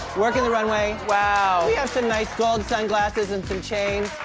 working the runway. wow. he has some nice gold sunglasses and some chains.